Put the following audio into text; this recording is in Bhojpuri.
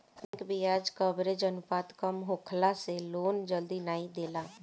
बैंक बियाज कवरेज अनुपात कम होखला से लोन जल्दी नाइ देला